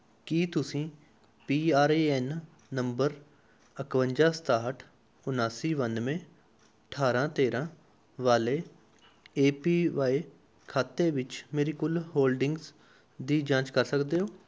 ਕੀ ਤੁਸੀਂ P R A N number ਇਕਵੰਜਾ ਸਤਾਹਠ ਉਨਾਸੀ ਬਾਨਵੇਂ ਅਠਾਰਾਂ ਤੇਰਾਂ ਵਾਲੇ ਏ ਪੀ ਵਾਈ ਖਾਤੇ ਵਿੱਚ ਮੇਰੀ ਕੁੱਲ ਹੋਲਡਿੰਗਜ਼ ਦੀ ਜਾਂਚ ਕਰ ਸਕਦੇ ਹੋ